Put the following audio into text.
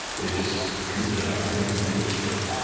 it is just, the device has been completely destroyed.